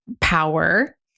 power